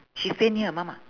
she stay near your mum ah